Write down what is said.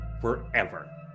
forever